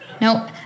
Nope